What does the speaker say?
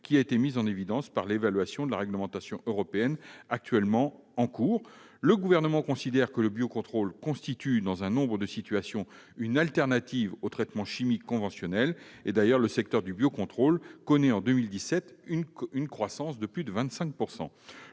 a été mise en évidence par l'évaluation de la réglementation européenne en cours. Le Gouvernement considère que le biocontrôle constitue, dans un certain nombre de situations, une alternative aux traitements chimiques conventionnels. D'ailleurs, le secteur du biocontrôle connaît en 2017 une croissance de plus de 25 %.